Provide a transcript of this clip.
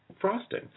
frosting